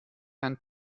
and